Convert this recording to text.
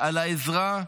על העזרה,